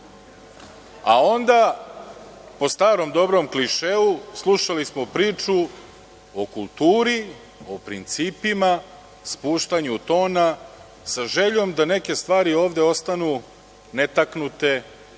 a onda po starom dobrom klišeu slušali smo priču o kulturi, o principima, spuštanju tona, sa željom da ovde neke stvari ostanu netaknute